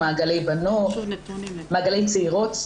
ומעגלי צעירות.